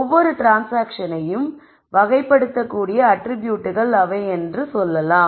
ஒவ்வொரு ட்ரான்ஸ்சாங்க்ஷன்யையும் வகைப்படுத்த கூடிய அட்ரிபியூட்கள் அவை என்று சொல்லலாம்